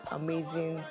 amazing